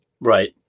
Right